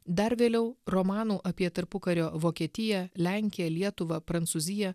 dar vėliau romanų apie tarpukario vokietiją lenkiją lietuvą prancūziją